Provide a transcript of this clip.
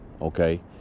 Okay